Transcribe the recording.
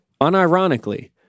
unironically